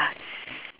s~